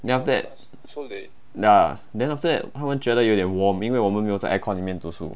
then after that ya then after that 他们觉得有点 warm 因为我们没有在 aircon 里面读书